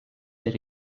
ere